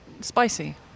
spicy